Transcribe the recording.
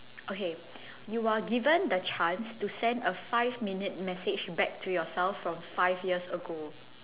okay you are given the chance to send a five minute message back to yourself from five years ago